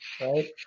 right